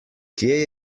kje